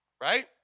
Right